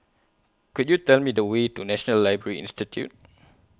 Could YOU Tell Me The Way to National Library Institute